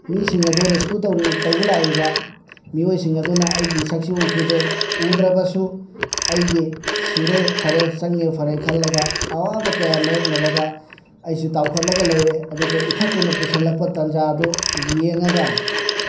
ꯃꯤꯁꯤꯡ ꯑꯗꯨ ꯔꯦꯁꯀꯤꯎ ꯇꯧꯕ ꯂꯥꯛꯏꯕ ꯃꯤꯑꯣꯏꯁꯤꯡ ꯑꯗꯨꯅ ꯑꯩꯒꯤ ꯁꯛꯁꯤ ꯎꯈꯤꯗꯦ ꯎꯗ꯭ꯔꯕꯁꯨ ꯑꯩꯒꯤ ꯁꯤꯔꯦ ꯐꯔꯦ ꯆꯪꯉꯦ ꯐꯔꯦ ꯈꯜꯂꯒ ꯑꯋꯥꯕ ꯀꯌꯥ ꯃꯥꯏꯌꯣꯛꯅꯔꯒ ꯑꯩꯁꯨ ꯇꯥꯎꯈꯠꯂꯒ ꯂꯩꯔꯦ ꯑꯗꯨꯒ ꯏꯊꯛꯇꯨꯅ ꯄꯨꯁꯤꯜꯂꯛꯄ ꯇꯥꯟꯖꯥꯗꯨ ꯌꯦꯡꯉꯒ